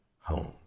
home